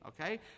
Okay